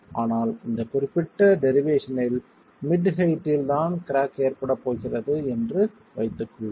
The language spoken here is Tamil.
ஆனால் இந்த குறிப்பிட்ட டெரிவேஷனில் மிட் ஹெயிட்டில் தான் கிராக் ஏற்படப் போகிறது என்று வைத்துக் கொள்வோம்